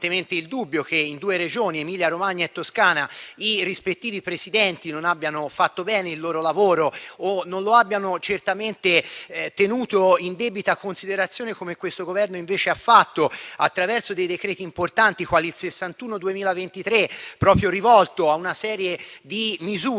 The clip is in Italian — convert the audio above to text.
il dubbio che in due Regioni, Emilia-Romagna e Toscana, i rispettivi Presidenti non abbiano fatto bene il loro lavoro o non lo abbiano certamente tenuto in debita considerazione, come questo Governo invece ha fatto attraverso misure importanti, quali il decreto-legge n. 61 del 2023, rivolto a una serie di misure